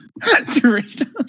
Doritos